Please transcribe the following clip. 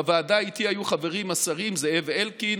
בוועדה איתי היו חברים השרים זאב אלקין,